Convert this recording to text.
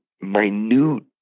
minute